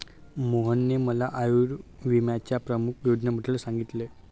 मोहनने मला आयुर्विम्याच्या प्रमुख योजनेबद्दल सांगितले